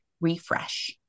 refresh